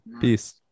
peace